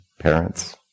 parents